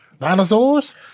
Dinosaurs